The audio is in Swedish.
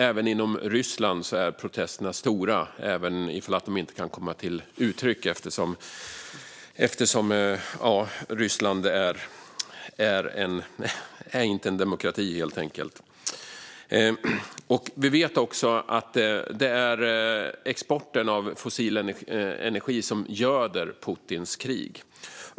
Också inom Ryssland är protesterna stora, även om de inte kan komma till uttryck eftersom Ryssland helt enkelt inte är en demokrati. Vi vet också att det är exporten av fossil energi som göder Putins krig.